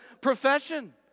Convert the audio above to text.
profession